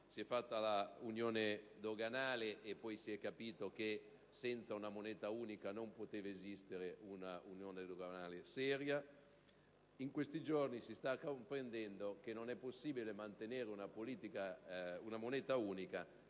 si è fatta l'unione doganale e poi si è capito che senza una moneta unica non poteva esistere un'unione doganale seria. In questi giorni si sta comprendendo che non è possibile mantenere una moneta unica